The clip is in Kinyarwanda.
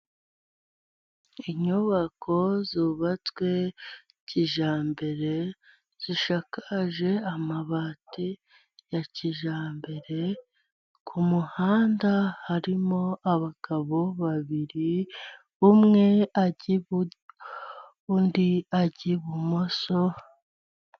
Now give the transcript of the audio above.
Inyubako zubatswe kijyambere, zisakaje amabati ya kijyambere, ku muhanda harimo abagabo babiri, umwe ajya iburyo undi ajya ibumoso.